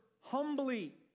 humbly